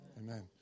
Amen